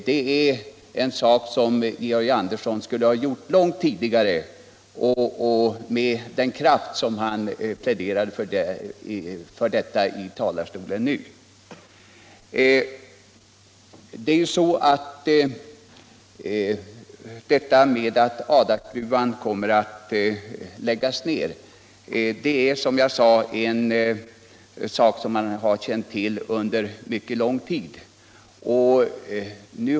Det är en sak som Georg Andersson skulle ha påbörjat långt tidigare och med samma kraft varmed han nu i talarstolen pläderar 61 för detta. Att Adakgruvan kommer att läggas ned är, som jag sade, en sak som man har känt till under mycket lång tid.